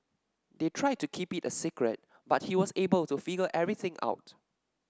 they tried to keep it a secret but he was able to figure everything out